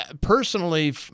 personally